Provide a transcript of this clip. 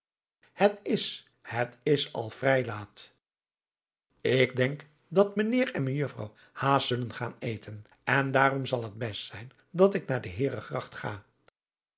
het is het is al vrij laat ik denk dat mijnheer en mejuffrouw haast zullen gaan eten en daarom zal het best zijn dat ik naar de heeregracht ga